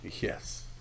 Yes